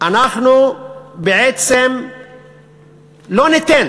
אנחנו בעצם לא ניתן